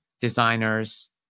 designers